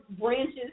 branches